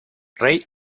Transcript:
rey